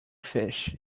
fish